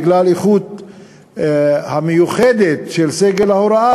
בגלל האיכות המיוחדת של סגל ההוראה,